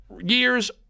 years